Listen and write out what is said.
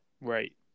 Right